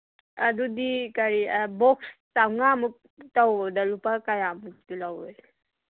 ꯑꯗꯨꯗꯤ ꯀꯔꯤ ꯕꯣꯛꯁ ꯆꯧꯉꯥꯃꯨꯛ ꯇꯧꯕꯗ ꯂꯨꯄꯥ ꯀꯌꯥꯃꯨꯛꯇꯤ ꯂꯧꯋꯤ